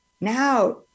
Now